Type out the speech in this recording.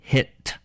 Hit